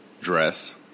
dress